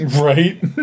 Right